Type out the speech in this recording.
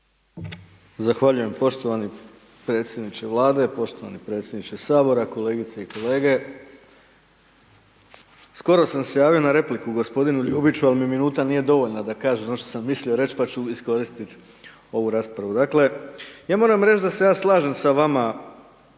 Zahvaljujem poštovani predsjedniče Vlade, poštovani predsjedniče Sabora, kolegice i kolege. Skoro sam se javio na repliku gospodinu Ljubiću ali mi minuta nije dovoljna da kažem ono što sam mislio reći pa ću iskoristiti ovu raspravu. Dakle, ja moram reći da se ja slažem s vama